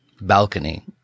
balcony